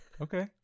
Okay